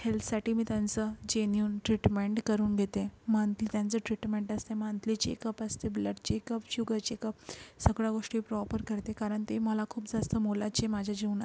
हेल्तसाठी मी त्यांचं genuine treatment करून घेते मंथली त्यांचं ट्रीटमेंट असते मंथली चेकअप असते ब्लड चेकअप शुगर चेकअप सगळ्या गोष्टी प्रॉपर करते कारण ते मला खूप जास्त मोलाचे माझ्या जीवनात